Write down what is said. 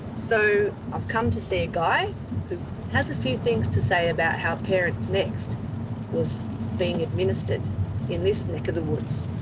so i've come to see a guy who has a few things to say about how parentsnext was being administered in this neck of the woods.